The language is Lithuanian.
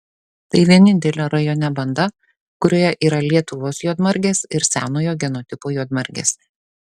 tai vienintelė rajone banda kurioje yra lietuvos juodmargės ir senojo genotipo juodmargės